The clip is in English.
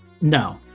No